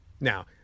Now